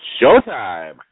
Showtime